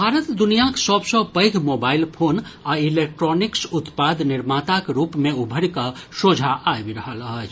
भारत दुनियांक सभ सँ पैघ मोबाइल फोन आ इलेक्ट्रॉनिक्स उत्पाद निर्माताक रूप मे उभरि कऽ सोझा आबि रहल अछि